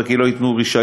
קובע כי לא ייתנו רישיון,